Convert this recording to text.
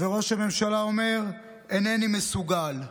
וראש הממשלה אומר: אינני מסוגל.